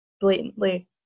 blatantly